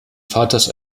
vaters